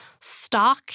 stock